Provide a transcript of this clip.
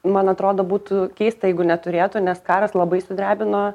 man atrodo būtų keista jeigu neturėtų nes karas labai sudrebino